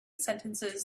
sentences